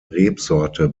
rebsorte